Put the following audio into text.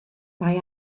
mae